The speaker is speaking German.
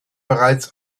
bereits